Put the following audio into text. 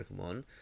Pokemon